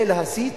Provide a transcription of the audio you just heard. זה להסית